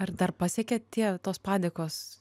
ar dar pasiekia tie tos padėkos